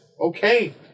Okay